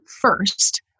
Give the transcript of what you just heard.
first